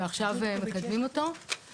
ועכשיו מקדמים אותו.